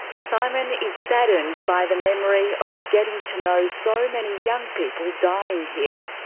simon is saddened by the memory of getting to know so many young people dying here.